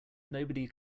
nobody